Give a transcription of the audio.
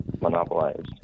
monopolized